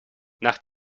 nach